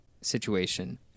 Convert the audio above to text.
situation